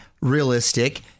realistic